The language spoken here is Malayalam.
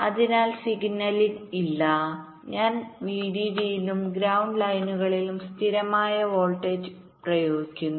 അതിനാൽ സിഗ്നലിംഗ് ഇല്ല ഞാൻ വിഡിഡിയിലും ഗ്രൌണ്ട് ലൈനുകളിലും സ്ഥിരമായ വോൾട്ടേജ് പ്രയോഗിക്കുന്നു